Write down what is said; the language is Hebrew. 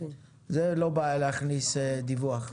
זה לא בעיה להכניס דיווח.